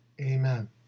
Amen